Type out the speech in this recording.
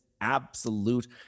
absolute